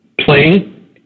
playing